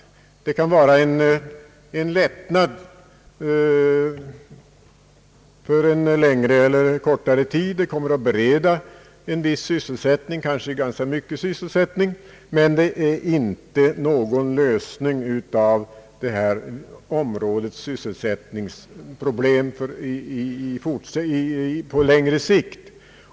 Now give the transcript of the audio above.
En utbyggnad kan innebära en lättnad för längre eller kortare tid genom att den skulle komma att bereda viss sysselsättning men är inte någon lösning av detta områdes sysselsättningsproblem på längre sikt.